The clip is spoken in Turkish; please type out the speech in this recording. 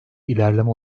ilerleme